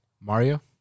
Mario